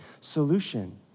solution